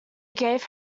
gave